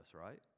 right